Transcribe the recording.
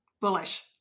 Bullish